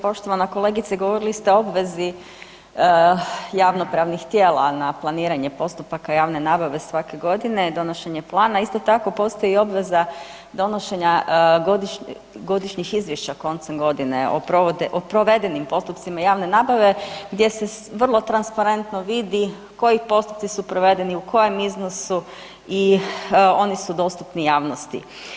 Poštovana kolegice govorili ste o obvezi javnopravnih tijela na planiranje postupaka javne nabave svake godine, donošenje plana, a isto tako postoji i obveza donošenja godišnjih izvješća koncem godine o provedenim postupcima javne nabave gdje se vrlo transparentno vidi koji postupci su provedeni, u kojem iznosu i oni su dostupni javnosti.